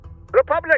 republic